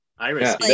Iris